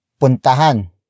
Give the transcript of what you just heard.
puntahan